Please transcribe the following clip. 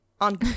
on